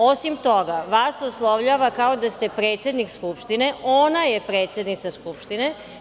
Osim toga, vas oslovljava kao da ste predsednik Skupštine, a ona je predsednica Skupštine.